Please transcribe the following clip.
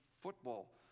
football